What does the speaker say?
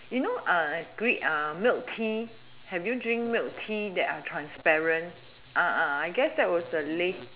you know milk tea have you drink milk tea that are transparent I guess that was the latest